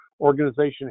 organization